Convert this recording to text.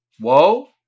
Whoa